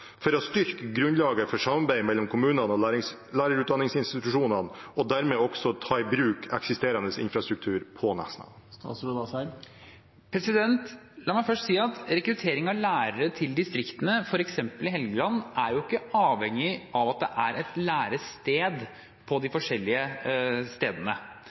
for å styrke grunnlaget for samarbeid mellom kommunene og lærerutdanningsinstitusjonene og dermed også ta i bruk eksisterende infrastruktur på Nesna? La meg først si at rekruttering av lærere til distriktene, f.eks. på Helgeland, ikke er avhengig av at det er et lærested på de forskjellige stedene.